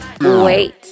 Wait